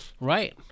Right